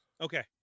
Okay